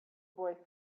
boy